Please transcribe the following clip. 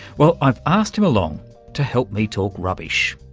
well, i've asked him along to help me talk rubbish,